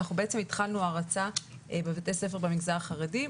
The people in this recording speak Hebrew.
אנחנו בעצם התחלנו הרצה בבתי ספר במגזר החרדי.